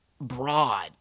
broad